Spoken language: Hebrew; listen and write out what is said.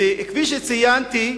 וכפי שציינתי,